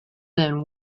than